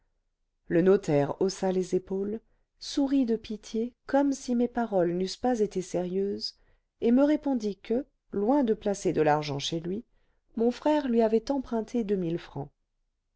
le notaire haussa les épaules sourit de pitié comme si mes paroles n'eussent pas été sérieuses et me répondit que loin de placer de l'argent chez lui mon frère lui avait emprunté deux mille francs